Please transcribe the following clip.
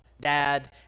dad